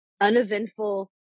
uneventful